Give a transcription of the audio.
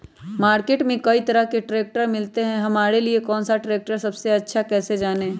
Market में कई तरह के ट्रैक्टर मिलते हैं हमारे लिए कौन सा ट्रैक्टर सबसे अच्छा है कैसे जाने?